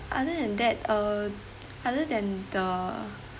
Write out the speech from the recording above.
other than that uh other than the